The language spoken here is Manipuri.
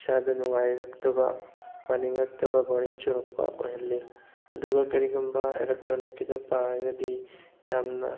ꯏꯁꯥꯗ ꯅꯨꯡꯉꯥꯏꯔꯛꯇꯕ ꯄꯥꯅꯤꯡꯉꯛꯇꯕ ꯕꯣꯔꯤꯡ ꯆꯨꯔꯛꯄ ꯑꯣꯏꯍꯜꯂꯤ ꯑꯗꯨꯒ ꯀꯔꯤꯒꯨꯝꯕ ꯏꯂꯦꯛꯇ꯭ꯔꯣꯅꯤꯛꯀꯤꯗ ꯄꯥꯔꯒꯗꯤ ꯌꯥꯝꯅ